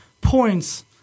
points